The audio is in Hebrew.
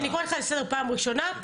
אני קוראת אותך לסדר פעם ראשונה,